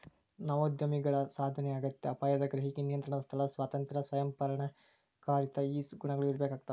ನವೋದ್ಯಮಿಗಳಿಗ ಸಾಧನೆಯ ಅಗತ್ಯ ಅಪಾಯದ ಗ್ರಹಿಕೆ ನಿಯಂತ್ರಣದ ಸ್ಥಳ ಸ್ವಾತಂತ್ರ್ಯ ಸ್ವಯಂ ಪರಿಣಾಮಕಾರಿತ್ವ ಈ ಗುಣಗಳ ಇರ್ಬೇಕಾಗ್ತವಾ